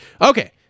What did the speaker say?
okay